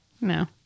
No